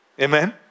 Amen